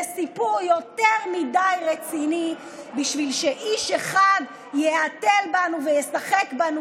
זה סיפור יותר מדי רציני בשביל שאיש אחד יהתל בנו וישחק בנו,